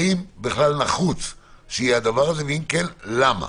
האם בכלל נחוץ שיהיה הדבר הזה, ואם כן, למה?